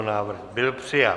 Návrh byl přijat.